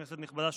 כנסת נכבדה,